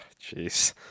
jeez